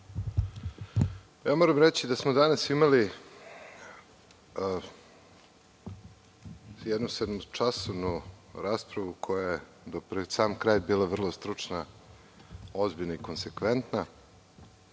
Mislim da smo danas imali jednu sedmočasovnu raspravu koja je, do pred sam kraj, bila vrlo stručna, ozbiljna i konsekventna.